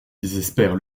désespère